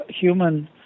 human